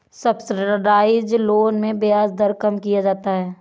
subsidised loan में ब्याज दर कम किया जाता है